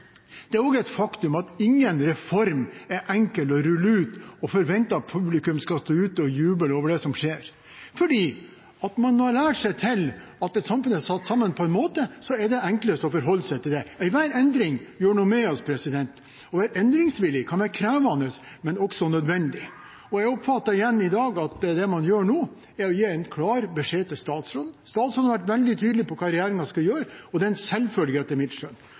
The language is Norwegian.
det er også et faktum at ingen reform er enkel å rulle ut. Man kan ikke forvente at publikum skal stå ute og juble over det som skjer. For man har lært seg til at når samfunnet er satt sammen på en måte, så er det enklest å forholde seg til det. Enhver endring gjør noe med oss. Å være endringsvillig kan være krevende, men også nødvendig. Jeg oppfatter igjen i dag at det man gjør nå, er å gi en klar beskjed til statsråden. Statsråden har vært veldig tydelig på hva regjeringen skal gjøre, og det er etter mitt skjønn